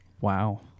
wow